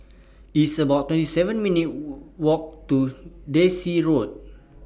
It's about twenty seven minutes' Walk to Daisy Road